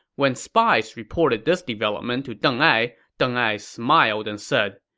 when spies reported this development to deng ai, deng ai smiled and said,